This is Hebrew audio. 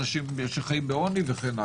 אנשים שחיים בעוני וכן הלאה.